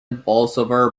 bolsover